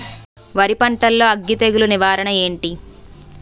వరి పంటలో అగ్గి తెగులు నివారణ ఏంటి?